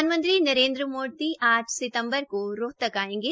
प्रधानमंत्री नरेन्द्र मोदी आठ सितम्बर को रोहतक आयेंगे